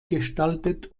gestaltet